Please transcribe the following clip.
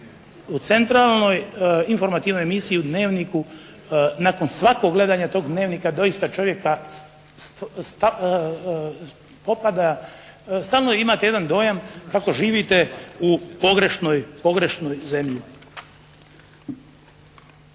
u centralnoj informativnoj emisiji u “Dnevniku“ nakon svakog gledanja tog “Dnevnika“ doista čovjeka popada, stalno imate jedan dojam kako živite u pogrešnoj zemlji.